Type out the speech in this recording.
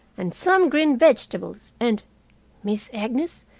and some green vegetables, and miss agnes,